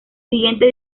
siguiente